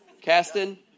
Caston